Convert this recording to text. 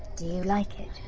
do you like it?